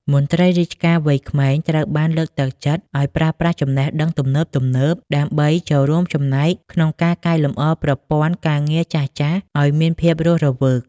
មន្ត្រីរាជការវ័យក្មេងត្រូវបានលើកទឹកចិត្តឱ្យប្រើប្រាស់ចំណេះដឹងទំនើបៗ ដើម្បីចូលរួមចំណែកក្នុងការកែលម្អប្រព័ន្ធការងារចាស់ៗឱ្យមានភាពរស់រវើក។